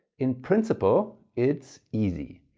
in principle it's easy.